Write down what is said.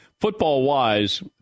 football-wise